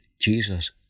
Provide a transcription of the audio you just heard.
Jesus